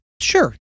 sure